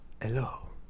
Hello